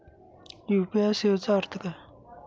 UPI सेवेचा अर्थ काय?